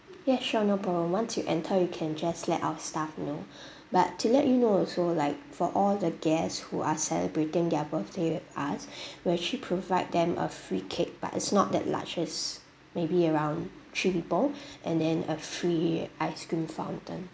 ya sure no problem once you enter you can just let our staff know but to let you know also like for all the guests who are celebrating their birthday with us we actually provide them a free cake but it's not that large it's maybe around three people and then a free ice cream fountain